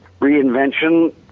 reinvention